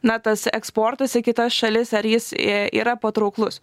na tas eksportas į kitas šalis ar jis yra patrauklus